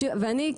אני,